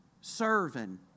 Serving